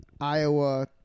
iowa